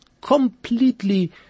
completely